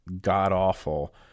god-awful